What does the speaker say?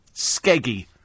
Skeggy